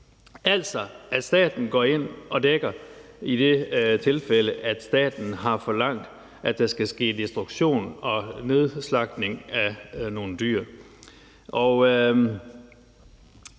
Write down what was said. Altså, erstatningen går ind og dækker i det tilfælde, staten har forlangt, at der skal ske destruktion og nedslagtning af nogle dyr.